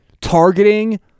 targeting